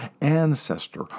ancestor